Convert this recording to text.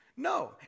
No